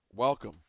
Welcome